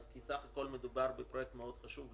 כי בסך הכול מדובר בפרויקט חשוב מאוד.